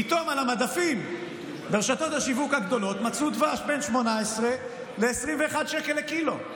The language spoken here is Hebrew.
פתאום על המדפים ברשתות השיווק הגדולות מצאו דבש ב-18 עד 21 שקל לקילו.